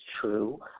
true